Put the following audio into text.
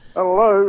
Hello